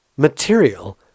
material